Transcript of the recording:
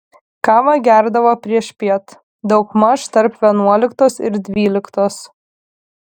kavą gerdavo priešpiet daugmaž tarp vienuoliktos ir dvyliktos